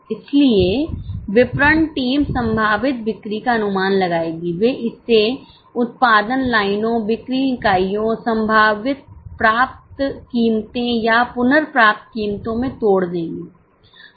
इसलिए विपणन टीम संभावित बिक्री का अनुमान लगाएगी वे इसे उत्पाद लाइनों बिक्री इकाइयों संभावित प्राप्त कीमतें या पुनर्प्राप्त कीमतों में तोड़ देंगे